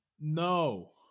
No